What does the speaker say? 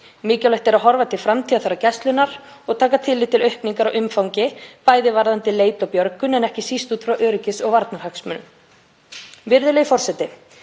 Mikilvægt er að horfa til framtíðarþarfar Gæslunnar og taka tillit til aukningar á umfangi, bæði varðandi leit og björgun en ekki síst út frá öryggis- og varnarhagsmunum. Virðulegur forseti.